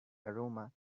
aroma